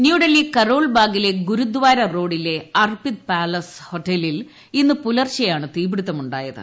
ന്യൂഡൽഹി കരോൾ ബാഗിലെ ഗുരുദ്വാര റോഡിലെ അർപ്പിത് പാലസ് ഹോട്ടലിൽ ഇന്ന് പൂലർച്ചെയാണ് തീപിടുത്തം ഉണ്ടായത്